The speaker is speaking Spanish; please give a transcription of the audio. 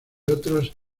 otros